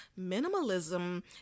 minimalism